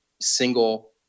single